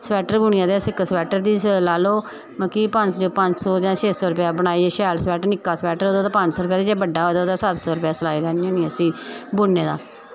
sweater बुननियै ते इक्क स्वेटर दी लाई लैओ मतलब कि पंज सौ जां छे सौ रपेआ बनाई शैल स्वेटर जेह्का निक्का स्वेटर ओह्दी पंज सौ रपेआ ते जे बड्डा होऐ ते ओह्दी सत्त सौ रपेआ सिलाई लैन्नी होन्नी उस्सी बुनन्ने दा